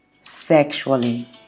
sexually